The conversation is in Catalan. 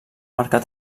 marcar